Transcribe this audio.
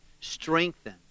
strengthen